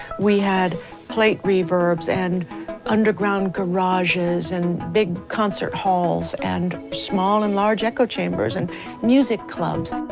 we had plate reverbs and underground garages and big concert halls and small and large echo chambers, and music clubs.